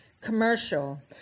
commercial